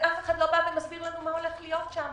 ואף אחד לא מסביר לנו מה הולך להיות שם.